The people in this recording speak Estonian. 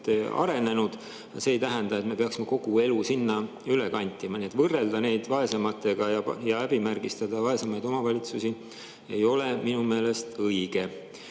arenenud, aga see ei tähenda, et me peaksime kogu elu sinna üle kantima. Nii et võrrelda neid vaesematega ja häbimärgistada vaesemaid omavalitsusi ei ole minu meelest õige.